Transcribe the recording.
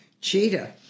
Cheetah